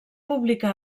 publicà